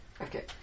Okay